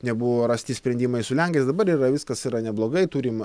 nebuvo rasti sprendimai su lenkais dabar yra viskas yra neblogai turim